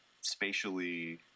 spatially